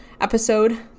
episode